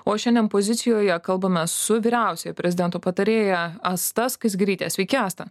o šiandien pozicijoje kalbamės su vyriausiaja prezidento patarėja asta skaisgiryte sveiki asta